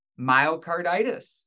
myocarditis